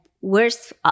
worse